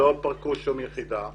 לא פירקו שום יחידה.